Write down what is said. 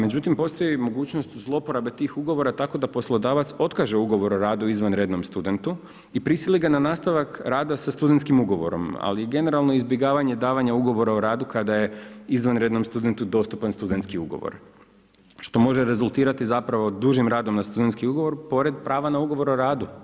Međutim postoji mogućnost zlouporabe tih ugovora tako da poslodavac otkaže ugovor o radu izvanrednom studentu i prisili ga na nastavak rada sa studentskim ugovorom, ali generalno izbjegavanje davanja ugovora o radu kada je izvanrednom studentu dostupan studentski ugovor, što može rezultirati zapravo dužim radom na studentski ugovor pored prava na ugovor o radu.